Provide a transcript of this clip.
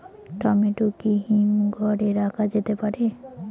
Tomato কি হিমঘর এ রাখা যেতে পারে?